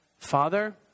Father